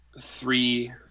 three